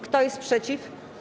Kto jest przeciw?